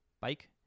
bike